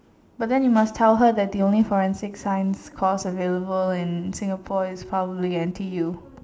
but then you must tell her that the only forensic science cause available in Singapore is probably N_T_U